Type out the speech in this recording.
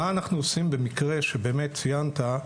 מה אנחנו עושים במקרה שבאמת ציינת,